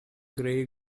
gray